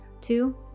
two